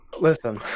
Listen